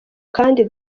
kandi